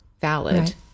valid